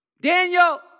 Daniel